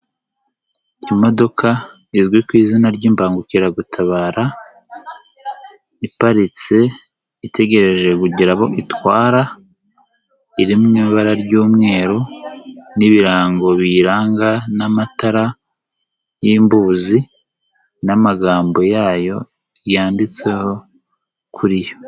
Imodoka izwi ku izina ry'imbangukiragutabara iparitse itegereje kugira abo itwara iri mu ibara ry'umweru n'ibirango biyiranga n'amatara y'imbuzi n'amagambo yayo yanditseho kuri yo.